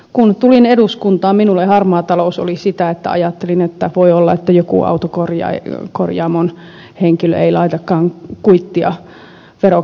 kun tulin eduskuntaan minulle harmaa talous oli sitä että ajattelin että voi olla että joku autokorjaamon henkilö ei laitakaan kuittia verokirjanpitoon